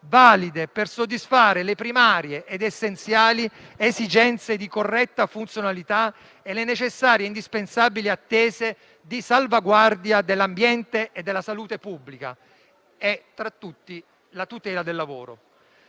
valide per soddisfare le primarie ed essenziali esigenze di corretta funzionalità e le necessarie e indispensabili attese di salvaguardia dell'ambiente e della salute pubblica. E, tra tutte, la tutela del lavoro.